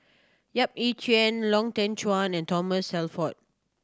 Yap Ee Chian Lau Teng Chuan and Thomas Shelford